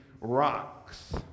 rocks